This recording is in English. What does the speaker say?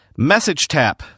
MessageTap